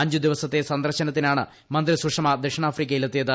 അഞ്ചു ദിവസത്തെ സന്ദർശനത്തിനാണ് മന്ത്രി സുഷമ ദക്ഷിണാഫ്രിക്കയിലെത്തിയത്